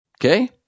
Okay